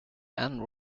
and